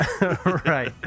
right